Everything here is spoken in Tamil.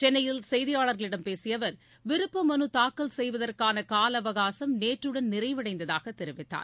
சென்னையில் செய்தியாளர்களிடம் பேசிய அவர் விருப்ப மனு தாக்கல் செய்வதற்கான கால அவகாசம் நேற்றுடன் நிறைவடைந்ததாக தெரிவித்தார்